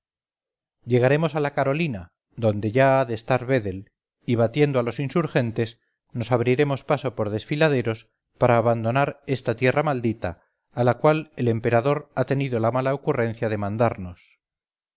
llegaremos a la carolina donde ya ha de estar vedel y batiendo a los insurgentes nos abriremos paso por desfiladeros para abandonar esta tierra maldita a la cual el emperador ha tenido la mala ocurrencia de mandarnos